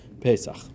Pesach